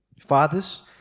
Fathers